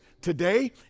Today